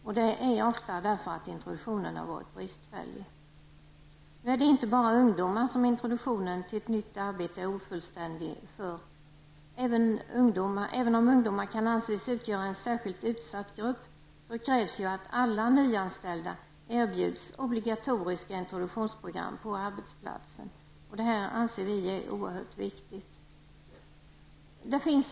Oraken är ofta att introduktionen varit bristfällig. Det är inte bara för ungdomar som introduktionen till ett nytt arbete är ofullständig. Även om ungdomar kan anses utgöra en särskilt utsatt grupp krävs det att alla nyanställda erbjuds obligatoriska introduktionsprogram på arbetsplatsen. Vi anser att detta är oerhört viktigt. Horn.